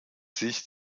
sich